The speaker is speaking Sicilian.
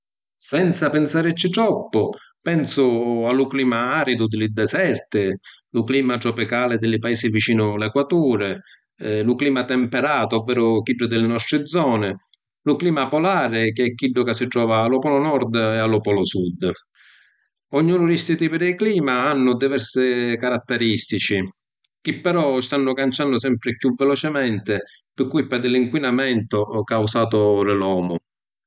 Senza pinsaricci troppu, pensu a lu clima aridu di li diserti, lu clima tropicali di li paisi vicinu l’equaturi, lu clima temperatu ovveru chiddu di li nostri zoni, lu clima polari chi è chiddu ca si trova a lu polu nord e a lu polu sud. Ognunu di sti tipi di clima hannu diversi carattaristici chi però stannu canciannu sempri chiù velocementi pi curpa di l’inquinamentu causatu di l’omu.